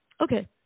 Okay